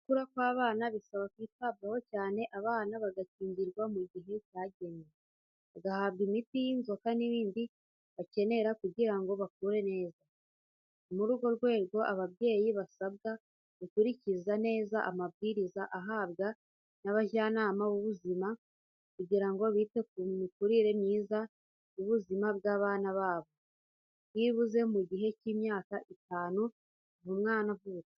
Gukura kw’abana bisaba kwitabwaho cyane. Abana bagakingirwa mu gihe cyagenwe, bagahabwa imiti y’inzoka n’ibindi bakenera kugira ngo bakure neza. Ni muri urwo rwego ababyeyi basabwa gukurikiza neza amabwiriza bahabwa n’abajyanama b’ubuzima, kugira ngo bite ku mikurire myiza y’ubuzima bw’abana babo, byibuze mu gihe cy’imyaka itanu kuva umwana avutse.